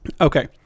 Okay